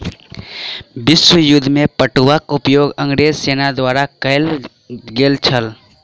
विश्व युद्ध में पटुआक उपयोग अंग्रेज सेना द्वारा कयल गेल छल